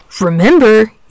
Remember